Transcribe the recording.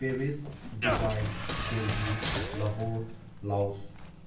Paris Dubai Delhi Lahore ꯂꯥꯎꯁ